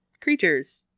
creatures